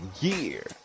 year